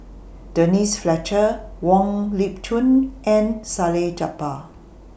Denise Fletcher Wong Lip Chin and Salleh Japar